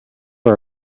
are